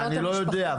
אני לא יודע,